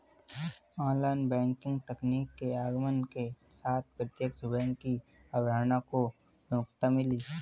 online banking तकनीक के आगमन के साथ प्रत्यक्ष बैंक की अवधारणा को प्रमुखता मिली